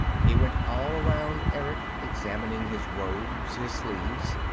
he went all around erick, examining his robes, his sleeves.